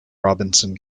robinson